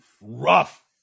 rough